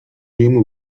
jemu